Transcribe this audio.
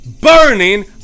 burning